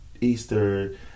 Easter